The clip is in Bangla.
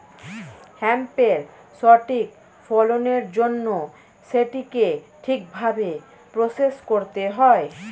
হেম্পের সঠিক ফলনের জন্য সেটিকে ঠিক ভাবে প্রসেস করতে হবে